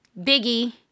Biggie